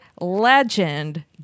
legend